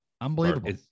Unbelievable